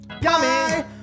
Yummy